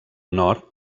nord